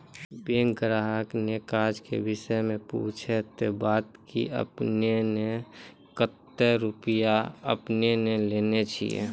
Bank ग्राहक ने काज के विषय मे पुछे ते बता की आपने ने कतो रुपिया आपने ने लेने छिए?